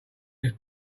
his